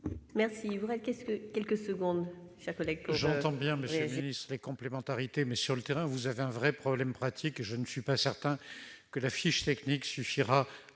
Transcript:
Merci